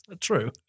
True